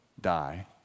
die